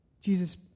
Jesus